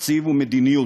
תקציב הוא מדיניות,